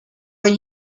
are